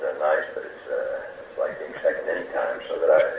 nice, but it's like being second anytime, so that i